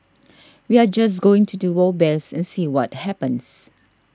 we are just going to do our best and see what happens